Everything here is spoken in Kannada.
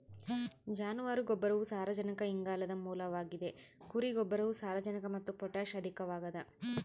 ಜಾನುವಾರು ಗೊಬ್ಬರವು ಸಾರಜನಕ ಇಂಗಾಲದ ಮೂಲವಾಗಿದ ಕುರಿ ಗೊಬ್ಬರವು ಸಾರಜನಕ ಮತ್ತು ಪೊಟ್ಯಾಷ್ ಅಧಿಕವಾಗದ